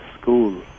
school